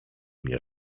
mnie